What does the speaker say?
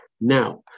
Now